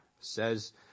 says